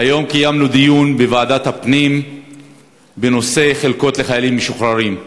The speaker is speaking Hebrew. היום קיימנו דיון בוועדת הפנים בנושא חלקות לחיילים משוחררים.